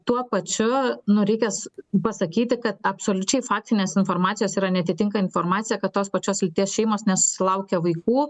tuo pačiu nu reikia s pasakyti kad absoliučiai faktinės informacijos yra neatitinka informacija kad tos pačios lyties šeimos nesusilaukia vaikų